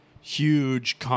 huge